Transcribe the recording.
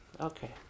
Okay